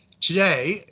Today